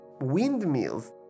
windmills